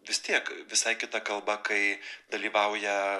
vis tiek visai kita kalba kai dalyvauja